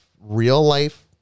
real-life